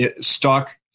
stock